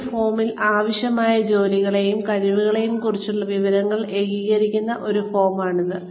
ഒരു ഫോമിൽ ആവശ്യമായ ജോലികളെയും കഴിവുകളെയും കുറിച്ചുള്ള വിവരങ്ങൾ ഏകീകരിക്കുന്ന ഒരു ഫോമാണിത്